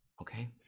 okay